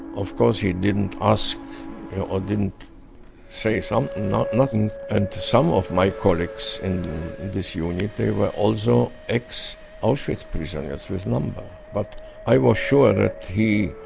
of course he didn't ask or didn't say some, nothing. and some of my colleagues in this unit, they were also ex-auschwitz ex-auschwitz prisoners, with number. but i was sure that he,